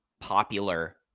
popular